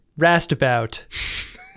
rastabout